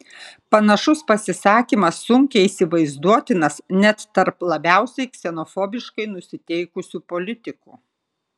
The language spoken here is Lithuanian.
panašus pasisakymas sunkiai įsivaizduotinas net tarp labiausiai ksenofobiškai nusiteikusių politikų